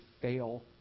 fail